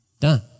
done